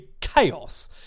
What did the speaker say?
chaos